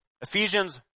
Ephesians